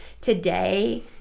today